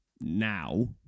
now